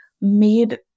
made